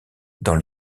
dans